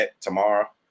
tomorrow